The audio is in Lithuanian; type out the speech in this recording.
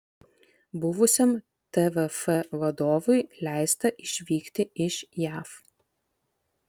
buvusiam tvf vadovui leista išvykti iš jav